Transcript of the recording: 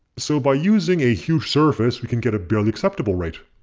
so by using a huge surface we can get a barely acceptable rate.